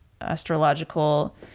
astrological